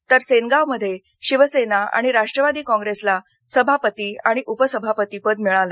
तर सेनगावमध्ये शिवसेना आणि राष्ट्रवादी काँग्रेसला सभापती आणि उपसभापतीपद मिळालं